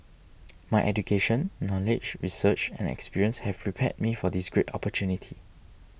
my education knowledge research and experience have prepared me for this great opportunity